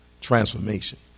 Transformation